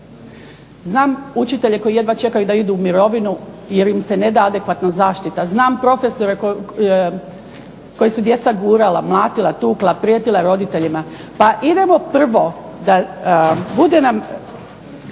Znam učitelje koji jedva čekaju da idu u mirovinu jer im se ne da adekvatna zaštita. Znam profesore koje su djeca gurala, mlatila, tukla, prijetila roditeljima. Pa idemo prvo da bude nam,